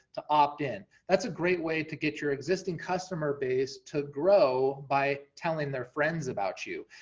to opt-in. that's a great way to get your existing customer base to grow by telling their friends about you.